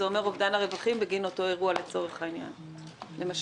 זה אומר אובדן הרווחים בגין אותו אירוע לצורך העניין למשל.